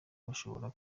bashobora